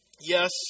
yes